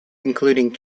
including